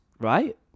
right